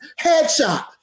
headshot